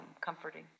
comforting